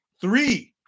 three